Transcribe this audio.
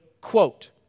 quote